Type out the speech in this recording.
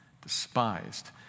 Despised